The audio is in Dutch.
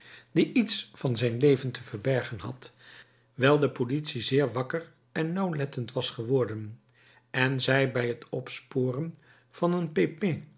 die iets van zijn leven te verbergen had wijl de politie zeer wakker en nauwlettend was geworden en zij bij t opsporen van een